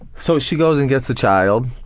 so she goes and gets the child